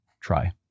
try